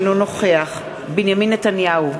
אינו נוכח בנימין נתניהו,